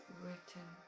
written